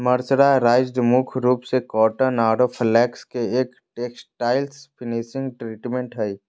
mercerised मुख्य रूप से कॉटन आरो फ्लेक्स ले एक टेक्सटाइल्स फिनिशिंग ट्रीटमेंट हई